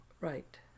right